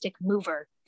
mover